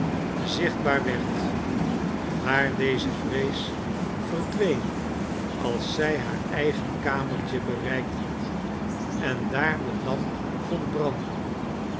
zichtbaar werd maar deze vrees verdween als zij haar eigen kamertje bereikt had en daar de lamp vond branden